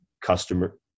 customer